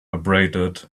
abraded